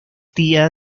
tía